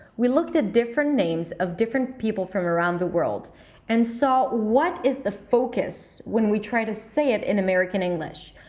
we looked at different names of different people from around the world and saw what is the focus when we try to say it in american english?